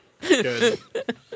Good